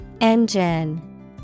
Engine